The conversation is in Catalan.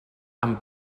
amb